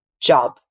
job